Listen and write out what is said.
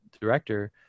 director